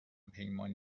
پیمان